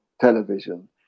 television